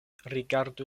rigardu